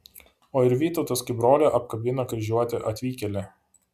o ir vytautas kaip brolį apkabina kryžiuotį atvykėlį